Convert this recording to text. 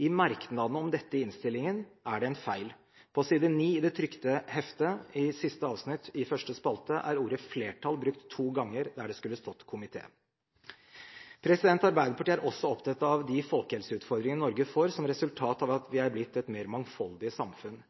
I merknadene om dette er det en feil i innstillingen. På side 9 i det trykte heftet, i siste avsnitt i første spalte, er ordet «flertallet» brukt to ganger der det skulle stått «komiteen». Arbeiderpartiet er også opptatt av de folkehelseutfordringene Norge får som resultat av at vi er blitt et mer mangfoldig samfunn.